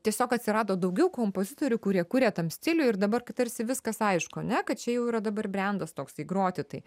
tiesiog atsirado daugiau kompozitorių kurie kuria tam stiliuj ir dabar kai tarsi viskas aišku ane kad čia jau jau yra dabar brendas toksai groti tai